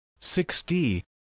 6d